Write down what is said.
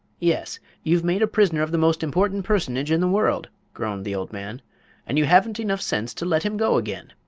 yes you've made a prisoner of the most important personage in the world, groaned the old man and you haven't enough sense to let him go again.